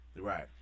Right